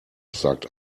sagt